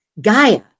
Gaia